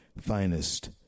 finest